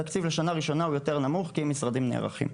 התקציב לשנה ראשונה הוא יותר נמוך כי משרדים נערכים.